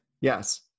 Yes